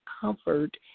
comfort